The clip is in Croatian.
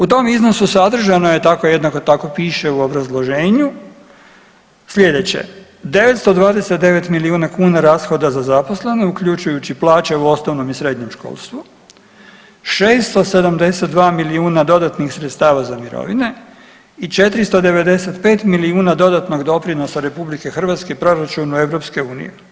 U tom iznosu sadržano je tako jednako tako piše u obrazloženju sljedeće, 929 milijuna kuna rashoda za zaposlene uključujući plaće u osnovnom i srednjem školstvu, 672 milijuna dodatnih sredstava za mirovine i 495 milijuna dodatnog doprinosa RH proračunu EU.